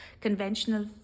conventional